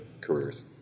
careers